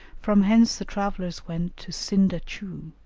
from hence the travellers went to sinda-tchou,